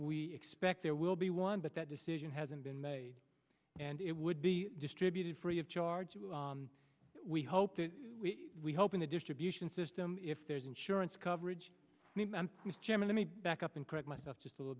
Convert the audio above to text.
we expect there will be one but that decision hasn't been made and it would be distributed free of charge we hope we hope in the distribution system if there's insurance coverage and jim and me back up and correct myself just a little